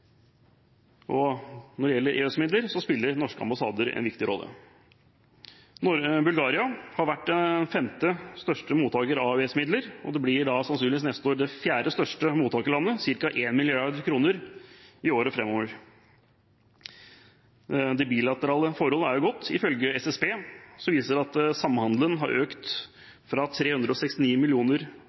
Når det gjelder EØS-midler, spiller norske ambassader en viktig rolle. Bulgaria har vært femte største mottaker av EØS-midler, og neste år blir det sannsynligvis det fjerde største mottakerlandet – ca. 1 mrd. kr i året framover. Det bilaterale forholdet er godt. Ifølge SSB har samhandelen økt fra 369